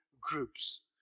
groups